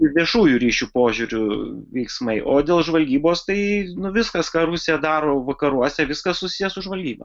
viešųjų ryšių požiūriu veiksmai o dėl žvalgybos tai viskas ką rusija daro vakaruose viskas susiję su žvalgyba